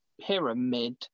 pyramid